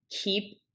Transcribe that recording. keep